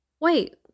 wait